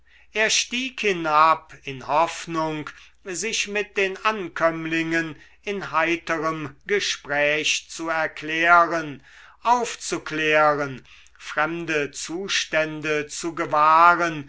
er stieg hinab in hoffnung sich mit den ankömmlingen in heiterem gespräch zu erklären aufzuklären fremde zustände zu gewahren